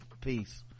Peace